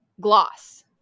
Gloss